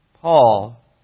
Paul